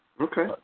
Okay